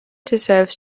deserves